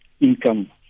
income